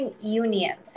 union